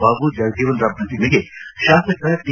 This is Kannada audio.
ಬಾಬು ಜಗಜೀವನರಾಂ ಪ್ರತಿಮೆಗೆ ಶಾಸಕ ಟಿ